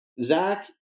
Zach